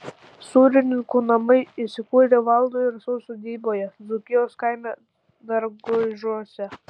sūrininkų namai įsikūrę valdo ir rasos sodyboje dzūkijos kaime dargužiuose